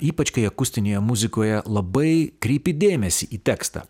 ypač kai akustinėje muzikoje labai kreipi dėmesį į tekstą